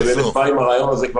שבא עם הרעיון הזה,